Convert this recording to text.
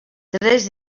tres